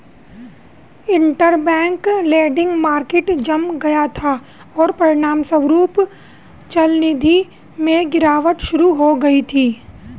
interbank lending market जम गया था, और परिणामस्वरूप चलनिधि में गिरावट शुरू हो गई थी